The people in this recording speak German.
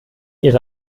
ihre